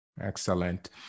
Excellent